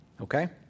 okay